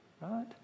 Right